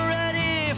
ready